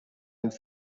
einen